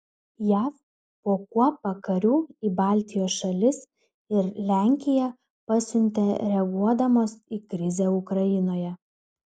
jav po kuopą karių į baltijos šalis ir lenkiją pasiuntė reaguodamos į krizę ukrainoje